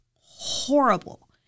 horrible